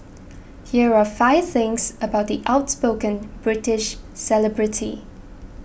here are five things about the outspoken British celebrity